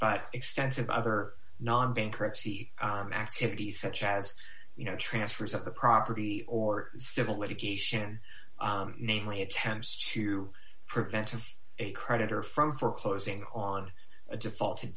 but extensive other non bankruptcy activities such as you know transfers of the property or civil litigation namely attempts to prevent a creditor from foreclosing on a default